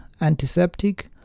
antiseptic